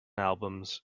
albums